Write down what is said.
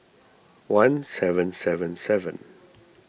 one seven seven seven